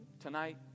Tonight